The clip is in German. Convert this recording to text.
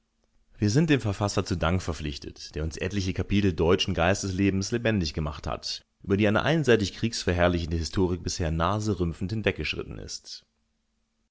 wir sind dem verfasser zu dank verpflichtet der uns etliche kapitel deutschen geisteslebens lebendig gemacht hat über die eine einseitig kriegsverherrlichende historik bisher naserümpfend hinweggeschritten ist